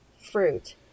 fruit